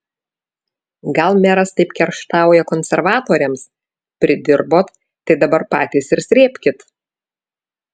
gal meras taip kerštauja konservatoriams pridirbot tai dabar patys ir srėbkit